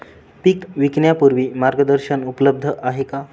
पीक विकण्यापूर्वी मार्गदर्शन उपलब्ध आहे का?